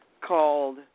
called